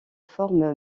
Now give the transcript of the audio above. forme